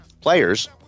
Players